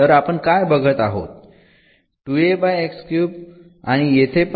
तर आपण काय बघत आहोत आणि येथे पण